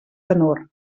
tenor